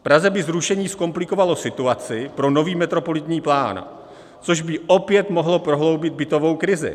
Praze by zrušení zkomplikovalo situaci pro nový metropolitní plán, což by opět mohlo prohloubit bytovou krizi.